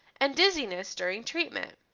and dizziness during treatment.